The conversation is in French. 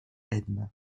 edme